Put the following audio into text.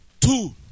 two